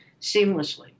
seamlessly